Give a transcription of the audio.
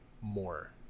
more